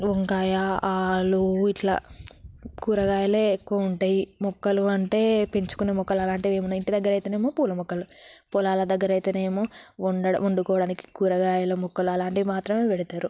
వంకాయ ఆలు ఇలా కూరగాయలే ఎక్కువ ఉంటాయి మొక్కలు అంటే పెంచుకున్న మొక్కలు అలాంటివి ఏమైనా ఇంటి దగ్గర అయితే ఏమో పూల మొక్కలు పొలాల దగ్గర అయితేనేమో వండడం వండుకోవడానికి కూరగాయల మొక్కలు అలాంటివి మాత్రమే పెడతారు